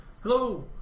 Hello